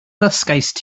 ddysgaist